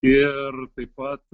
ir taip pat